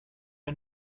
are